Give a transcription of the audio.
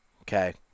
okay